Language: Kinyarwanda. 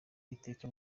iteka